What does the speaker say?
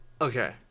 Okay